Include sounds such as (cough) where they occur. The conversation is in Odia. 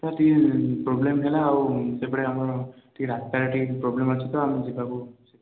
ସାର୍ ଟିକେ ପ୍ରୋବ୍ଲେମ୍ ହେଲା ଆଉ ସେପଟେ ଆମର ଟିକେ ରାସ୍ତା (unintelligible) ପ୍ରୋବ୍ଲେମ୍ ଅଛି ତ ଯିବାକୁ ଅସୁବିଧା